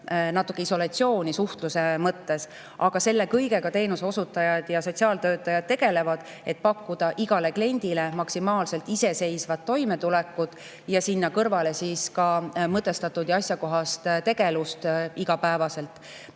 natuke isolatsiooni suhtluse mõttes. Aga teenuseosutajad ja sotsiaaltöötajad tegelevad sellega, et pakkuda igale kliendile maksimaalselt iseseisvat toimetulekut ja sinna kõrvale ka mõtestatud ja asjakohast tegevust iga päev.